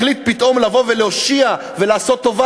החליט פתאום לבוא ולהושיע ולעשות טובה